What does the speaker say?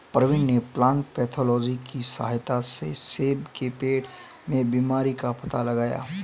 प्रवीण ने plant pathology की सहायता से सेब के पेड़ में बीमारी का पता लगाया